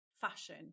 fashion